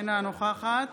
אינה נוכחת